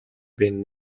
been